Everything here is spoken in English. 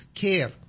care